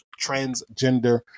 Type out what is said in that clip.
Transgender